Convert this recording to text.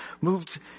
moved